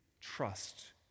trust